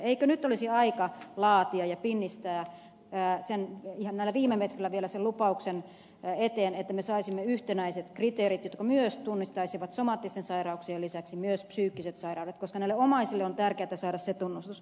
eikö nyt olisi aika pinnistää ihan näillä viime metreillä vielä sen lupauksen eteen että me saisimme yhtenäiset kriteerit jotka tunnistaisivat somaattisten sairauksien lisäksi myös psyykkiset sairaudet koska näille omaisille on tärkeätä saada se tunnustus